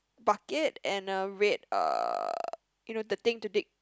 bucket and a red uh you know the thing to dig